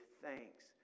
thanks